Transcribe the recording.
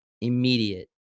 immediate